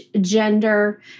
gender